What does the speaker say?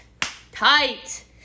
tight